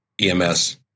EMS